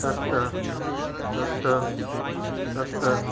सत सत सत